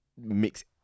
mix